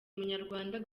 munyarwanda